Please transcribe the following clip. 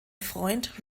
freund